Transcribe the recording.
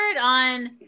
on